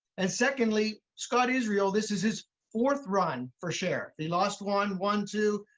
and secondly, scott israel, this is his fourth run for sheriff. he lost one, won two,